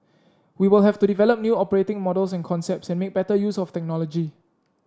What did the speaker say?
we will have to develop new operating models and concepts and make better use of technology